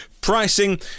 pricing